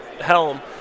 helm